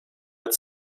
hat